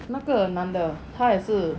那个男的他也是